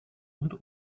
und